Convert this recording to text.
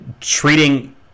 treating